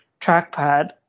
trackpad